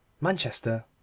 Manchester